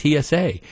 TSA